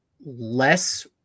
less